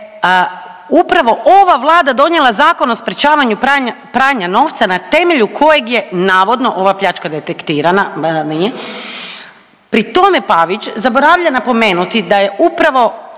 upravo ova Vlada donijela Zakon o sprječavanju pranja novca na temelju kojeg je navodno, ova pljačka detektirana, .../Govornik se ne razumije./... pri tome Pavić zaboravlja napomenuti da je upravo